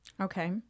Okay